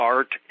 Art